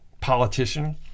politician